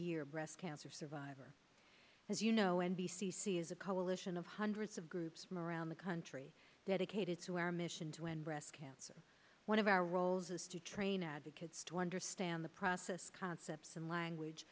year breast cancer survivor as you know n b c c is a coalition of hundreds of groups from around the country dedicated to our mission to end breast cancer one of our roles is to train advocates to understand the process concepts and language